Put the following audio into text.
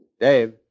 Dave